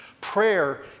Prayer